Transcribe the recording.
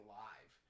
live